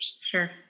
Sure